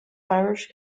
irish